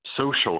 social